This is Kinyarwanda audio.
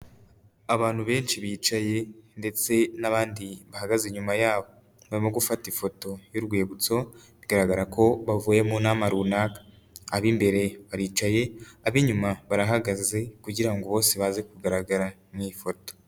Abantu benshi bicaye ndetse n'abandi bahagaze inyuma yabo, barimo gufata ifoto y'urwibutso bigaragara ko bavuye mu nama runaka, ab'imbere baricaye ab'inyuma barahagaze kugira ngo bose baze kugaragara mu ifoto.